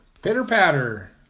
Pitter-patter